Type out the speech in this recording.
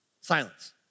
Silence